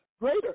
greater